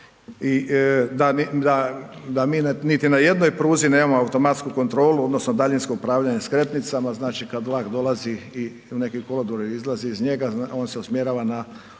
i da mi niti na jednoj pruzi nemamo automatsku kontrolu, odnosno daljinsko upravljanje skretnicama, znači, kad vlak dolazi i u neki kolodvor, izlazi iz njega, on se usmjerava na određene